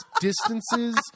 distances